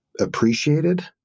appreciated